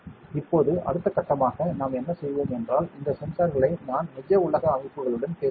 இப்போது அடுத்த கட்டமாக நாம் என்ன செய்வோம் என்றால் இந்த சென்சார்களை நான் நிஜ உலக அமைப்புகளுடன் பேச வேண்டும்